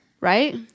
Right